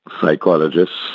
psychologists